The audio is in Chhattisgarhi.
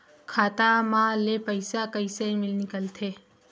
खाता मा ले पईसा कइसे निकल थे?